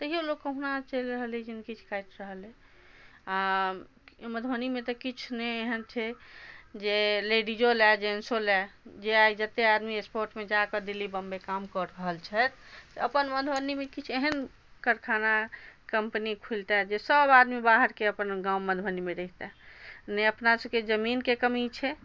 तहिओ लोक कहुना चलि रहल अइ जिनगी काटि रहल अइ आओर मधुबनीमे तऽ किछु नहि एहन छै जे लेडीजो लऽ जेन्टसो लऽ जे आइ जतेक आदमी एक्सपोर्टमे जाकऽ दिल्ली बम्बइ काम कऽ रहल छथि से अपन मधुबनीमे किछु एहन कारखाना कम्पनी खुलितै जे सब आदमी बाहरके अपनगाँव मधुबनीमे रहितै नहि अपना सबके जमीनके कमी छै